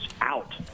out